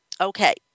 Okay